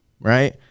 right